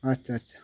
আচ্ছা আচ্ছা